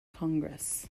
congress